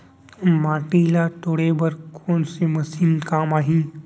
माटी ल तोड़े बर कोन से मशीन काम आही?